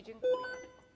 Dziękuję.